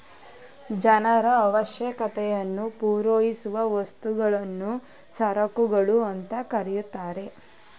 ಜನರ ಅವಶ್ಯಕತೆಯನ್ನು ಪೂರೈಸುವ ವಸ್ತುಗಳನ್ನು ಸರಕುಗಳು ಅಂತ ಕರೆತರೆ